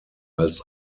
als